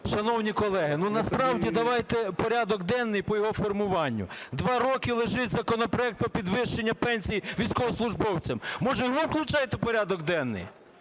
Шановні колеги, ну, насправді давайте порядок денний по його формуванню. Два роки лежить законопроект по підвищенню пенсій військовослужбовцям. Може, його включайте в порядок денний?